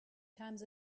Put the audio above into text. times